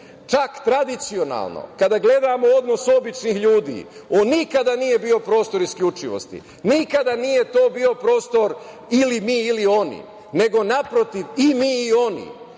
kulturološki. Tradicionalno kada gledamo odnos običnih ljudi, on nikada nije bio prostor isključivosti. Nikada to nije bio prostor ili mi ili oni, nego, naprotiv, i mi i oni.